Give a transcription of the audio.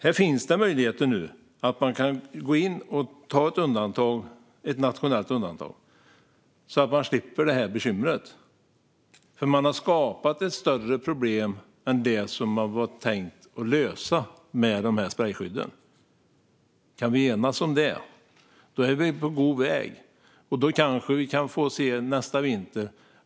Nu finns det möjlighet att göra ett nationellt undantag, så att vi slipper det här bekymret. Man har skapat ett större problem än det som sprejskydden var tänkt att lösa. Om vi kan enas om det är vi på god väg. Då kan vi kanske slippa det här nästa vinter.